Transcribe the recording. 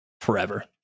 forever